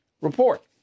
report